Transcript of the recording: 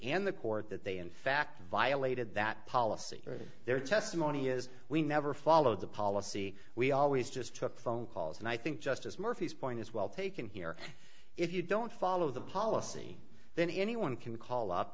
and the court that they in fact violated that policy their testimony is we never followed the policy we always just took phone calls and i think just as murphy's point is well taken here if you don't follow the policy then anyone can call up